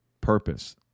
purpose